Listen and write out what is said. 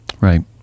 Right